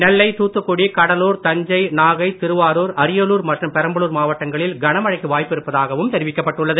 நெல்லை தூத்துக்குடி கடலூர் தஞ்சை நாகை திருவார்ரூர் அரியலூர் மற்றும் பெரம்பலூர் மாவட்டங்களில் கனமழைக்கு வாய்ப்பிருப்பதாகவும் தெரிவிக்கப்பட்டுள்ளது